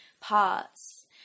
parts